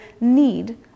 need